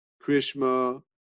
Krishna